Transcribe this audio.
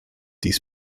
dies